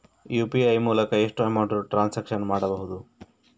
UPI ಮೂಲಕ ಎಷ್ಟು amount transaction ಮಾಡಬಹುದು?